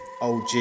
OG